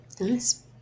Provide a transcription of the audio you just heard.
nice